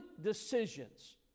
decisions